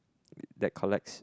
that collects